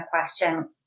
question